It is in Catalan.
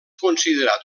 considerat